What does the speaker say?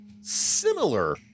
similar